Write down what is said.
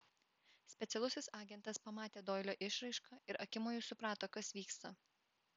specialusis agentas pamatė doilio išraišką ir akimoju suprato kas vyksta